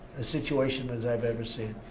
a situation as i've ever seen.